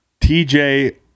TJ